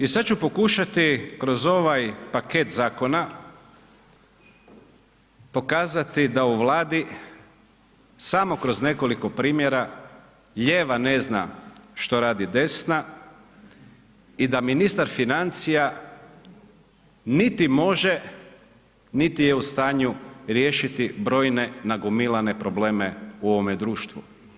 I sad ću pokušati kroz ovaj paket zakona pokazati da u Vladi samo kroz nekoliko primjera lijeva ne zna što radi desna i da ministar financija niti može, niti je u stanju riješiti brojne nagomilane probleme u ovome društvu.